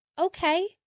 okay